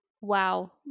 wow